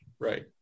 Right